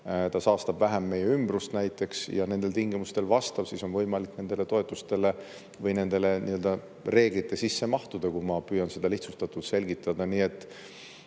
ta saastab vähem meie ümbrust näiteks, ja nendele tingimustele vastab. Siis on võimalik nende toetuste või nende reeglite sisse mahtuda, kui ma püüan seda lihtsustatult selgitada.